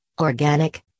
organic